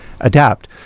adapt